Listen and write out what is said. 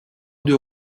deux